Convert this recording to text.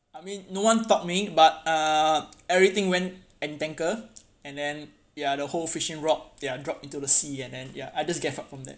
I mean no one taught me but uh everything went entangled and then ya the whole fishing rod ya dropped into the sea and then ya I just gave up from that